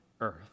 earth